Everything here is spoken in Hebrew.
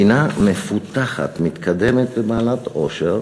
מדינה מפותחת, מתקדמת ובעלת עושר,